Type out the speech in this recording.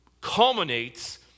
culminates